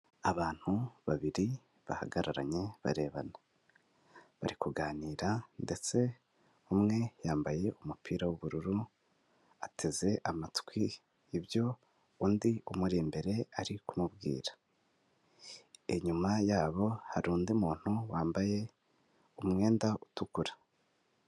Abantu babiri bahagararanye barebana, bari kuganira ndetse umwe yambaye umupira w'ubururu ateze amatwi ibyo undi umuri imbere ari kumubwira, inyuma yabo hari undi muntu wambaye umwenda utukura.